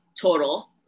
total